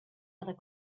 other